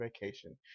vacation